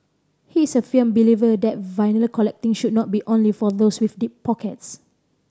he is a film believer that vinyl collecting should not be only for those with deep pockets